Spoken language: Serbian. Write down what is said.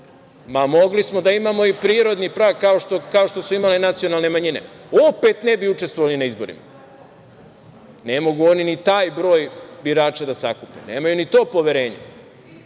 Mogli smo da imamo i prirodni prag, kao što su imale nacionalne manjine, opet ne bi učestvovali na izborima. Ne mogu oni ni taj broj birača da sakupe, nemaju ni to poverenje.